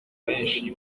benshi